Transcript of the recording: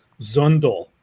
Zundel